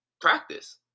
practice